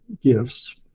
gifts